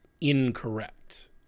incorrect